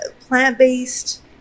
plant-based